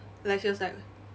like she was like